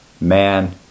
man